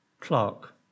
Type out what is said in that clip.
Clark